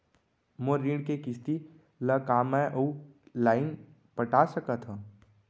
मोर ऋण के किसती ला का मैं अऊ लाइन पटा सकत हव?